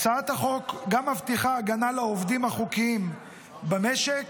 הצעת החוק גם מבטיחה הגנה לעובדים החוקיים במשק.